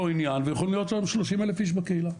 עניין ויכולים להיות שם 30,000 איש בקהילה,